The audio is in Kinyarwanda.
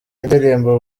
ndirimbo